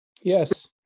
Yes